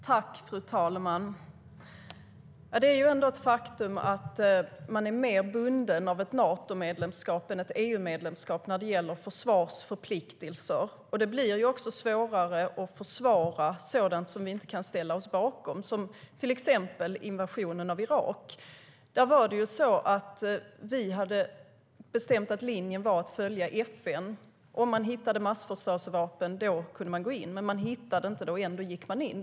Det blir också svårare att försvara att vi inte kan ställa oss bakom sådant som till exempel invasionen av Irak. Då hade vi bestämt att linjen var att följa FN: Om man hittade massförstörelsevapen kunde man gå in. Man hittade inga - ändå gick man in.